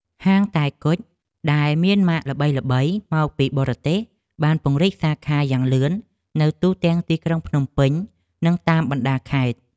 ហាងតែគុជដែលមានម៉ាកល្បីៗមកពីបរទេសបានពង្រីកសាខាយ៉ាងលឿននៅទូទាំងទីក្រុងភ្នំពេញនិងតាមបណ្តាខេត្ត។